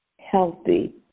healthy